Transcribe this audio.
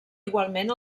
igualment